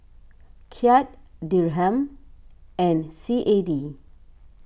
Kyat Dirham and C A D